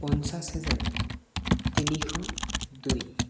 পঞ্চাছ হেজাৰ তিনিশ দুই